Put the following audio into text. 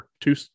two